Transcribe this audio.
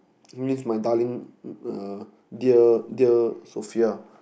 it means my darling uh dear dear Sophia